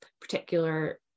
particular